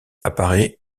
apparait